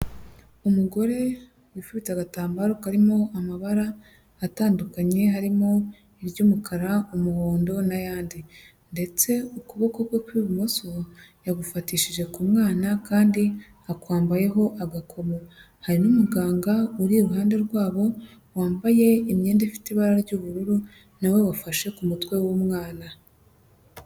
Umugore wifubitse agatambaro karimo amabara atandukanye, harimo iry'umukara, umuhondo n'ayandi ndetse ukuboko kwe kw'ibumoso yagufatishije ku mwana kandi akwambayeho agakomo, hari n'umuganga uri iruhande rwabo, wambaye imyenda ifite ibara ry'ubururu na we wafashe ku mutwe w'umwana.